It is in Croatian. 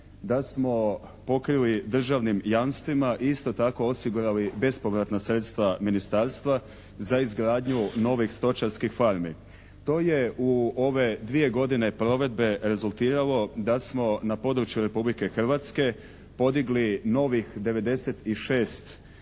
da smo pokrili državnim jamstvima i isto tako osigurali bespovratna sredstva Ministarstva za izgradnju novih stočarskih farmi. To je u ove dvije godine provedbe rezultiralo da smo na području Republike Hrvatske podiglih novih 96 stočarskih